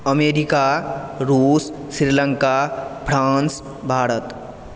America रूस Sri Lanka France Bharat